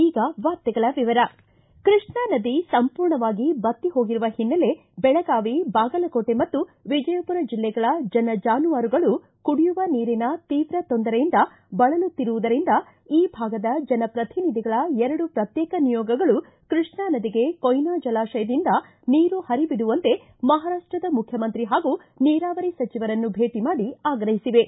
ಈಗ ವಾರ್ತೆಗಳ ವಿವರ ಕೃಷ್ಣಾ ನದಿ ಸಂಪೂರ್ಣವಾಗಿ ಬತ್ತಿ ಹೋಗಿರುವ ಹಿನ್ನೆಲೆ ಬೆಳಗಾವಿ ಬಾಗಲಕೋಟೆ ಮತ್ತು ವಿಜಯಪೂರ ಜಿಲ್ಲೆಗಳ ಜನ ಜಾನುವಾರುಗಳು ಕುಡಿಯುವ ನೀರಿನ ತೀವ್ರ ತೊಂದರೆಯಿಂದ ಬಳಲುತ್ತಿರುವುದರಿಂದ ಈ ಭಾಗದ ಜನಪ್ರತಿನಿಧಿಗಳ ಎರಡು ಪ್ರತ್ತೇಕ ನಿಯೋಗಗಳು ಕೃಷ್ಣಾ ನದಿಗೆ ಕೊಯ್ನಾ ಜಲಾಶಯದಿಂದ ನೀರು ಹರಿಬಿಡುವಂತೆ ಮಹಾರಾಷ್ಟದ ಮುಖ್ಯಮಂತ್ರಿ ಹಾಗೂ ನೀರಾವರಿ ಸಚಿವರನ್ನು ಭೇಟ ಮಾಡಿ ಆಗ್ರಹಿಸಿವೆ